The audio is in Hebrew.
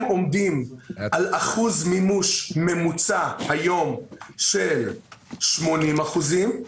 הם עומדים היום על אחוז מימוש ממוצע של 80 אחוזים.